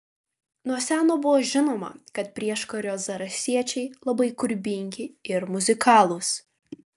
nuo seno buvo žinoma kad prieškario zarasiečiai labai kūrybingi ir muzikalūs